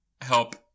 help